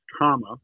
comma